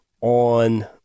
on